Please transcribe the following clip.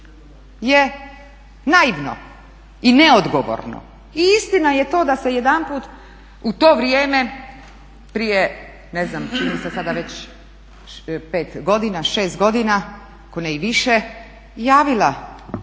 je naivno i neodgovorno. I istina je to da se jedanput u to vrijeme prije ne znam čini mi se sada već 5, 6 godina ako ne i više javio